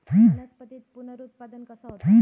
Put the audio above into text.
वनस्पतीत पुनरुत्पादन कसा होता?